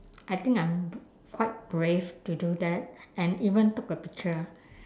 I think I'm quite brave to do that and even took a picture